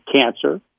cancer